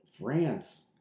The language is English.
France